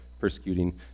persecuting